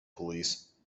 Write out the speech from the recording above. police